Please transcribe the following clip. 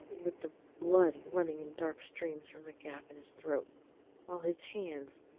with the blood running in dark streams from a gap in his throat while his hands,